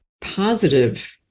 positive